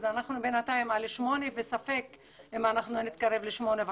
אנחנו בינתיים ב-8% וספק אם נתקרב ל-8.5%.